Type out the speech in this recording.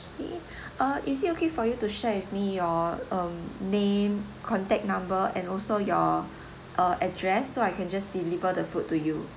uh is it okay for you to share with me your name contact number and also your err address so I can just deliver the food to you